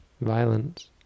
violence